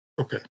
Okay